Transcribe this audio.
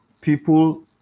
people